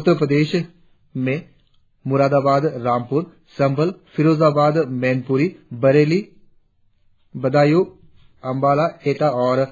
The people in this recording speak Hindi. उत्तर प्रदेश में मुरादाबाद रामपुर संभल फिरोजाबाद मैनपुरी बरेली बदायूं आंवला एटा और